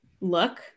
look